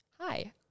Hi